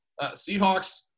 Seahawks